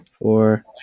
four